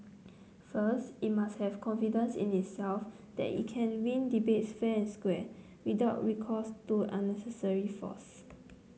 first it must have confidence in itself that it can win debates fair square without recourse to unnecessary force